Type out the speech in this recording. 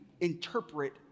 interpret